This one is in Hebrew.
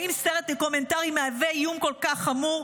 האם סרט דוקומנטרי מהווה איום כל כך חמור?